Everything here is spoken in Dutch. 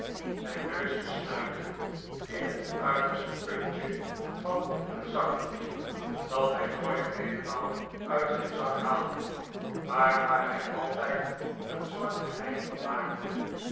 zijn neus te snuiten in het uiterste puntje van een zakdoekje dat hij nooit heelemaal uit zijn zak haalde maar waar hij altijd een soort geheim van maakte